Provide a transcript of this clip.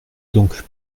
donc